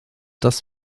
dass